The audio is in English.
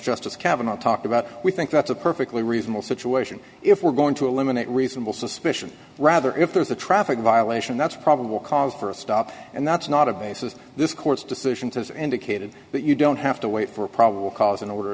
justice cavanaugh talked about we think that's a perfectly reasonable situation if we're going to eliminate reasonable suspicion rather if there's a traffic violation that's probable cause for a stop and that's not a basis this court's decisions as indicated but you don't have to wait for a probable cause an order